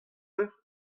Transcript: eur